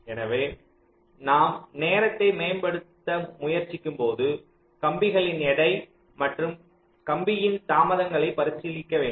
எனவே நாம் நேரத்தை மேம்படுத்த முயற்சிக்கும் போது கம்பிகளின் எடை மற்றும் கம்பி இன் தாமதங்களை பரிசீலிக்க வேண்டும்